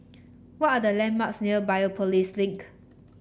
what are the landmarks near Biopolis Link